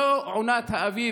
זו עונת האביב,